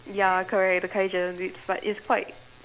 ya correct the Kylie Jenner lips but it's quite